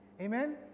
Amen